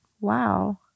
Wow